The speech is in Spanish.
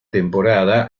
temporada